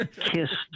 Kissed